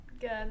good